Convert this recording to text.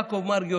יעקב מרגי,